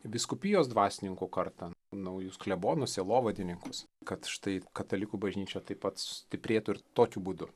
vyskupijos dvasininkų kartą naujus klebono sielovadininkus kad štai katalikų bažnyčia taip pat sustiprėtų ir tokiu būdu